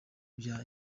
bya